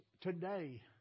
today